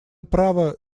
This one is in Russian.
право